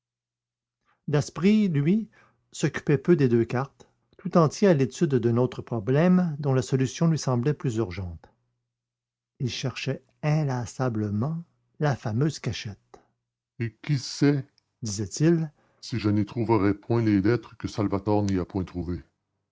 daspry lui s'occupait peu des deux cartes tout entier à l'étude d'un autre problème dont la solution lui semblait plus urgente il cherchait inlassablement la fameuse cachette et qui sait disait-il si je n'y trouverais point les lettres que salvator n'y a pas trouvées